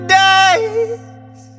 days